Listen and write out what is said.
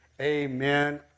Amen